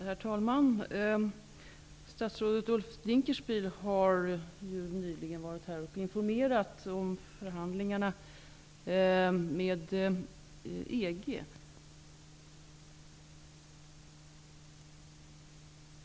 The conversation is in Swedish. Herr talman! Statsrådet Ulf Dinkelspiel var nyss här och informerade om förhandlingarna med EG. Finns det någonting som människor efterfrågar i dag när det gäller EG och vad vi står inför är det information om vad som gäller och vad det kommer att innebära. Detta var bakgrunden till att jag ville ge en fullödig information om familjeåterföringsregler visavi EG-staterna.